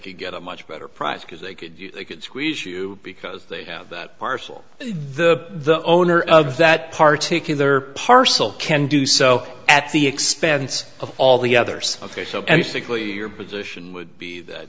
could get a much better price because they could they could squeeze you because they have that parcel the the owner of that particularly parcel can do so at the expense of all the others ok so basically your position would be that